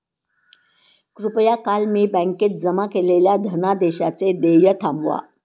कृपया काल मी बँकेत जमा केलेल्या धनादेशाचे देय थांबवा